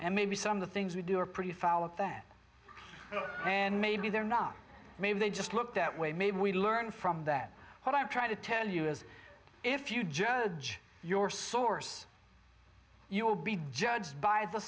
and maybe some of the things we do are pretty foul up there and maybe they're not maybe they just look that way maybe we learn from that what i'm trying to tell you is if you judge your source you will be judged by the